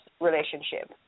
relationship